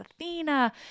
Athena